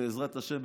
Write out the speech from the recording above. בעזרת השם,